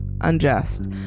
unjust